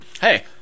Hey